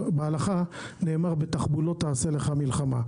בהלכה נאמר: בתחבולות תעשה לך מלחמה.